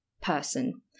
person